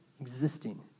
existing